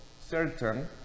certain